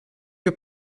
que